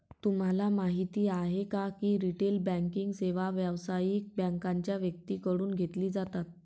तुम्हाला माहिती आहे का की रिटेल बँकिंग सेवा व्यावसायिक बँकांच्या व्यक्तींकडून घेतली जातात